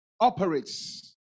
operates